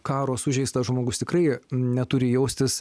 karo sužeistas žmogus tikrai neturi jaustis